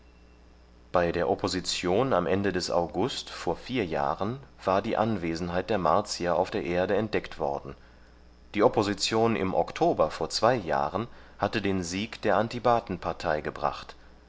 bei der opposition am ende des august vor vier jahren war die anwesenheit der martier auf der erde entdeckt worden die opposition im oktober vor zwei jahren hatte den sieg der antibatenpartei gebracht